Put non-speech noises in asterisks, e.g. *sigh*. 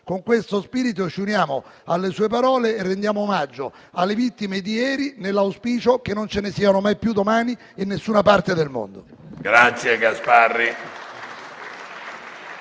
Con questo spirito ci uniamo alle sue parole e rendiamo omaggio alle vittime di ieri, nell'auspicio che non ce ne siano mai più domani in nessuna parte del mondo. *applause*